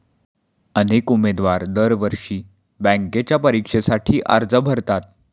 अनेक उमेदवार दरवर्षी बँकेच्या परीक्षेसाठी अर्ज भरतात